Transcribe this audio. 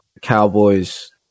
Cowboys